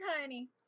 honey